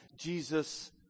Jesus